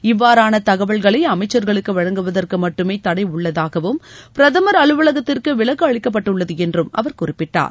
இவ்வாறான தகவல்களை அமைச்சர்களுக்கு வழங்குவதற்கு மட்டுமே தடை உள்ளதாகவும் பிரதமர் அலுவலகத்திற்கு விலக்கு அளிக்கப்பட்டுள்ளது என்றும் அவர் குறிப்பிட்டார்